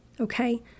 okay